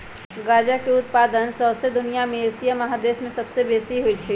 गजा के उत्पादन शौसे दुनिया में एशिया महादेश में सबसे बेशी होइ छइ